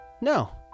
No